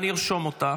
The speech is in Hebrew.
אני ארשום אותך,